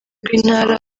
rw’intara